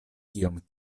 kiom